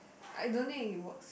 I don't think it works